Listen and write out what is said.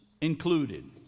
included